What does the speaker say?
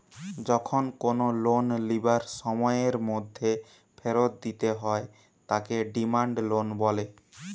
যখন কোনো লোন লিবার সময়ের মধ্যে ফেরত দিতে হয় তাকে ডিমান্ড লোন বলে